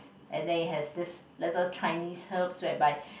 and then it has this little Chinese herbs whereby